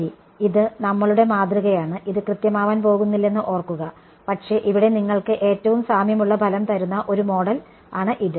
ശരി ഇത് നമ്മളുടെ മാതൃകയാണ് ഇത് കൃത്യമാവാൻ പോകുന്നില്ലെന്ന് ഓർക്കുക പക്ഷേ ഇവിടെ നിങ്ങൾക്ക് ഏറ്റവും സാമ്യമുള്ള ഫലം തരുന്ന ഒരു മോഡൽ ആണ് ഇത്